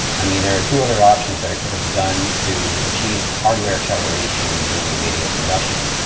i mean, there are two other options that i could have done to achieve hardware acceleration during video production.